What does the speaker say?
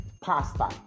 pasta